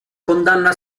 condanna